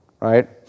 right